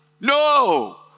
no